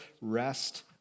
rest